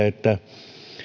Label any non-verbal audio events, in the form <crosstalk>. <unintelligible> että